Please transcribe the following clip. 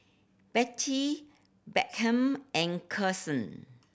Bettye Beckham and Karson